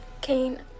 Kane